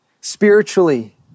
spiritually